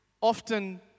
often